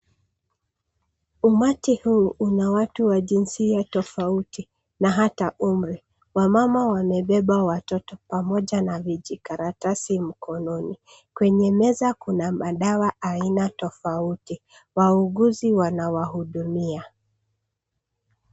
Umati huu una watu wa jinsia tofauti na hata umri. Wamama wamebeba watoto pamoja na vijikaratasi mkononi. Kwenye meza kuna madawa aina tofauti. Wauguzi wanawahudumia.